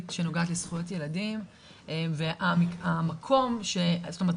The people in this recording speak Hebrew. שנוגעת לזכויות ילדים והמקום ש- זאת אומרת,